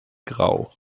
grau